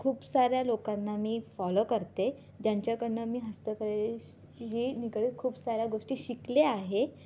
खूप साऱ्या लोकांना मी फॉलो करते ज्यांच्याकडनं मी हस्तकलेश ही निगडित खूप साऱ्या गोष्टी शिकले आहे